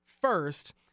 first